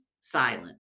silent